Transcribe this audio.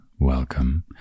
Welcome